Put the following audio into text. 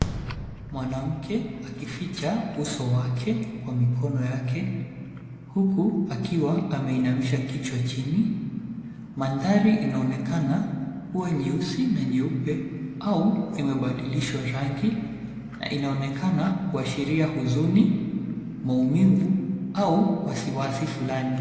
Mwanamke akificha uso wake kwa mikono yake huku akiwa ameinamisha kichwa chini. Mandhari inaonekana kuwa nyeusi na nyeupe au imebadilishwa rangi na inaonekana kuashiria huzuni, maumivu au wasiwasi fulani.